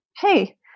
hey